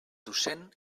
docent